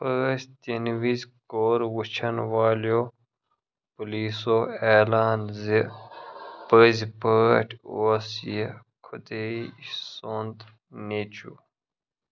پھٲسۍ دِنہٕ وِزِ کوٚر وٕچھَن والٮ۪و پُلیسَو عیلان زِ پٔزۍ پٲٹھۍ اوس یہِ خۄدایہِ سُنٛد نیٚچوٗ